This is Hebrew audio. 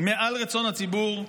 היא מעל רצון הציבור,